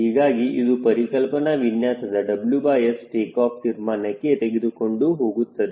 ಹೀಗಾಗಿ ಇದು ಪರಿಕಲ್ಪನಾ ವಿನ್ಯಾಸದ WS ಟೇಕಾಫ್ ತೀರ್ಮಾನಕ್ಕೆ ತೆಗೆದುಕೊಂಡು ಹೋಗುತ್ತದೆ